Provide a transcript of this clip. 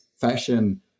fashion